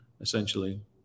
essentially